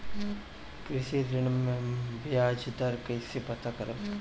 कृषि ऋण में बयाज दर कइसे पता करब?